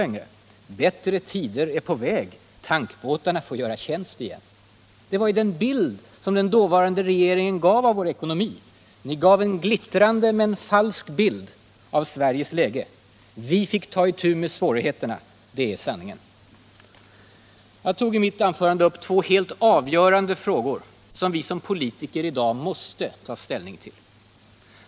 ”Bättre tider är på väg, tankbåtarna får göra tjänst igen.” Det var den bild som den dåvarande regeringen gav av vår ekonomi. Ni gav en glittrande men falsk bild av Sveriges läge. Vi fick ta itu med svårigheterna. Det är sanningen. Jag tog i mitt anförande upp två helt avgörande frågor som vi som politiker i dag måste ta ställning till.